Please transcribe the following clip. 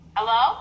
Hello